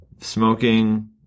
Smoking